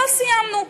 לא סיימנו.